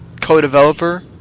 co-developer